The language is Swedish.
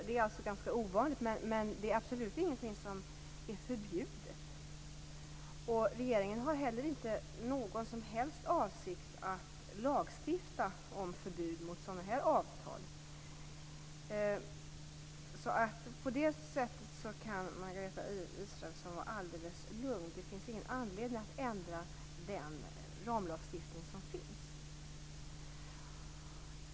Det är alltså ganska ovanligt, men det är absolut ingenting som är förbjudet. Regeringen har inte heller någon som helst avsikt att lagstifta om förbud mot sådana här avtal. På det sättet kan Margareta Israelsson alltså vara helt lugn. Det finns ingen anledning att ändra den ramlagstiftning som finns.